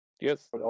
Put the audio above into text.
Yes